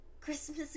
Christmas